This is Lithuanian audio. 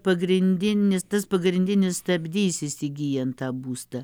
pagrindinis tas pagrindinis stabdys įsigyjant tą būstą